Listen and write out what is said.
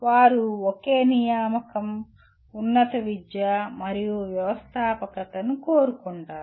వారు ఒకే నియామకం ఉన్నత విద్య మరియు వ్యవస్థాపకతను కోరుకుంటారు